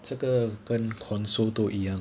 这个跟 console 都一样